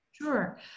Sure